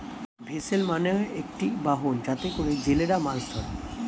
vessel মানে একটি বাহন যাতে করে জেলেরা মাছ ধরে